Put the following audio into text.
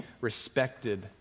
respected